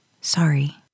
Sorry